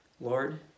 Lord